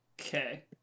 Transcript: Okay